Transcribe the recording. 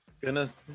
Goodness